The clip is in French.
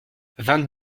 vingt